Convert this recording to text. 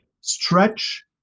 stretch